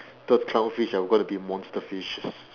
those clownfish are going to be a monster fishes